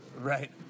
Right